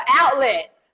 outlet